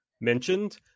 mentioned